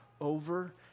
over